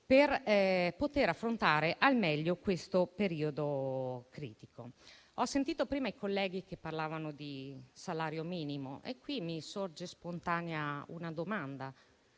per poter affrontare al meglio l'attuale periodo critico. Ho sentito prima i colleghi parlare di salario minimo. Qui mi sorge spontanea una domanda: